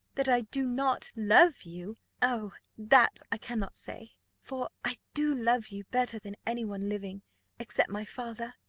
that i do not love you oh! that i cannot say for i do love you better than any one living except my father,